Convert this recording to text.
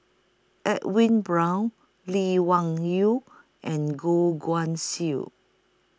Edwin Brown Lee Wung Yew and Goh Guan Siew